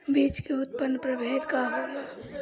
बीज के उन्नत प्रभेद का होला?